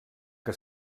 que